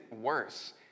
worse